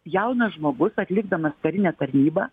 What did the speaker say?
jaunas žmogus atlikdamas karinę tarnybą